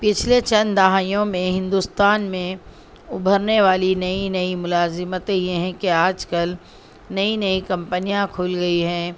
پچھلے چند دہائیوں میں ہندوستان میں ابھرنے والی نئی نئی ملازمتیں یہ ہیں کہ آج کل نئی نئی کمپنیاں کھل گئی ہیں